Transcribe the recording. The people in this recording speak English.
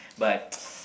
but